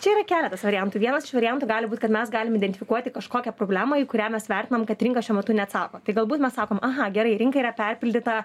čia yra keletas variantų vienas iš variantų gali būt kad mes galim identifikuoti kažkokią problemą į kurią mes vertinam kad rinka šiuo metu neatsako tai galbūt mes sakom aha gerai rinka yra perpildyta